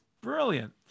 Brilliant